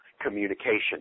communication